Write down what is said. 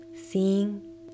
seeing